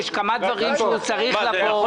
יש כמה דברים שהוא צריך לבוא בגינם.